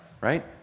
right